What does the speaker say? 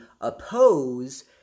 oppose